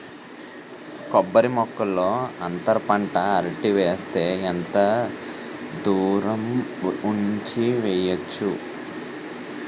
కొబ్బరి మొక్కల్లో అంతర పంట అరటి వేస్తే ఎంత దూరం ఉంచి వెయ్యొచ్చు?